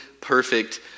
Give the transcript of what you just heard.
perfect